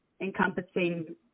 encompassing